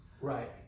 Right